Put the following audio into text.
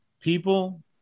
people